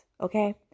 Okay